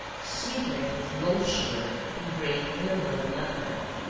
sweeten it with loaf sugar, and grate in a little nutmeg.